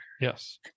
Yes